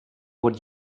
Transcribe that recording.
would